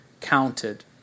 counted